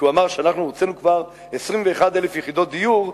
כי הוא אמר שאנחנו הוצאנו כבר 21,000 יחידות דיור,